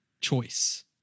choice